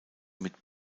mit